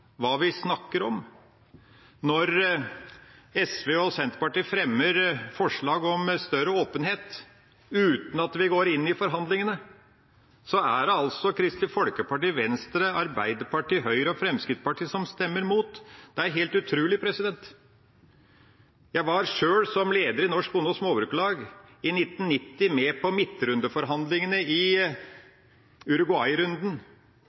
hva vi snakker om. Når SV og Senterpartiet fremmer forslag om større åpenhet, uten at vi går inn i forhandlingene, stemmer Kristelig Folkeparti, Venstre, Arbeiderpartiet, Høyre og Fremskrittspartiet imot. Det er helt utrolig. Jeg var sjøl, som leder i Norsk Bonde- og Småbrukarlag, i 1990 med på midtrundeforhandlingene i